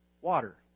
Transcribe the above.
water